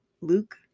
Luke